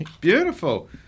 Beautiful